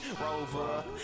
Rover